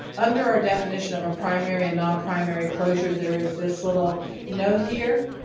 under our definition of a primary and nonprimary closure, there is this little note here.